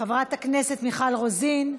חברת הכנסת מיכל רוזין,